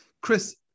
Chris